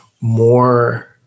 more